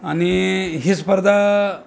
आणि ही स्पर्धा